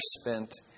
spent